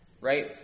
Right